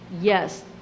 Yes